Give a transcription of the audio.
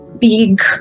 big